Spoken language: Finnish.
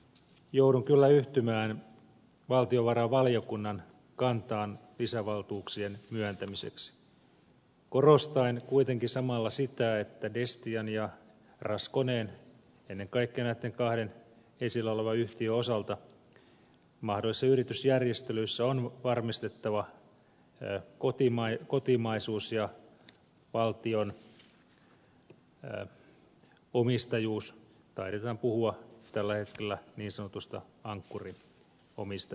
joudun kyllä yhtymään valtiovarainvaliokunnan kantaan lisävaltuuksien myöntämiseksi korostaen kuitenkin samalla sitä että destian ja raskoneen ennen kaikkea näitten kahden esillä olevan yhtiön osalta mahdollisissa yritysjärjestelyissä on varmistettava kotimaisuus ja valtionomistajuus taidetaan puhua tällä hetkellä niin sanotusta ankkuri omista